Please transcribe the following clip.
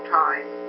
time